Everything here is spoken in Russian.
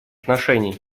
отношений